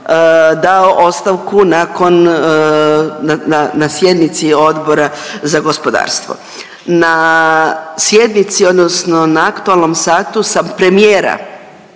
dao ostavku nakon, na, na sjednici Odbora za gospodarstvo. Na sjednici odnosno na aktualnom satu sam premijera